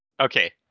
okay